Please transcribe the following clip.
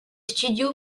studio